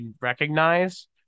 recognize